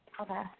Okay